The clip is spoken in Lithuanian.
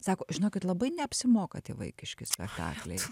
sako žinokit labai neapsimoka tie vaikiški spektakliai